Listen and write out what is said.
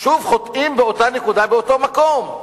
שוב חוטאים באותה נקודה, באותו מקום.